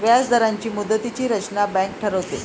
व्याजदरांची मुदतीची रचना बँक ठरवते